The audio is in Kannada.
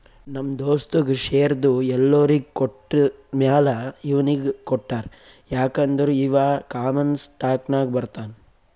ನಮ್ ದೋಸ್ತಗ್ ಶೇರ್ದು ಎಲ್ಲೊರಿಗ್ ಕೊಟ್ಟಮ್ಯಾಲ ಇವ್ನಿಗ್ ಕೊಟ್ಟಾರ್ ಯಾಕ್ ಅಂದುರ್ ಇವಾ ಕಾಮನ್ ಸ್ಟಾಕ್ನಾಗ್ ಬರ್ತಾನ್